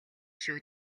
шүү